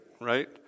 right